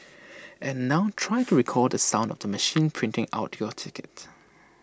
and now try to recall the sound of the machine printing out your ticket